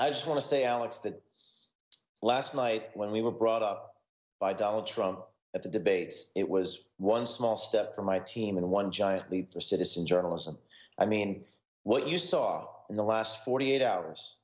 i just want to say alex that last night when we were brought up by donald trump at the debate it was one small step for my team and one giant leap for citizen journalism i mean what you saw in the last forty eight hours